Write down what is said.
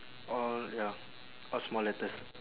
all ya all small letters